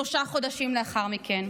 שלושה חודשים לאחר מכן.